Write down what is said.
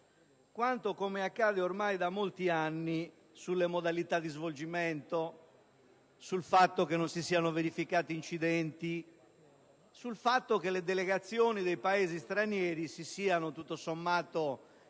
quanto, come accade ormai da molti anni, sulle modalità di svolgimento, sul fatto che non si siano verificati incidenti, che le delegazioni dei Paesi stranieri si siano tutto sommato